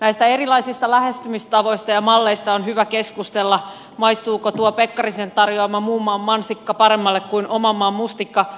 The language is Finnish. näistä erilaisista lähestymistavoista ja malleista on hyvä keskustella maistuuko tuo pekkarisen tarjoama muun maan mansikka paremmalle kuin oman maan mustikka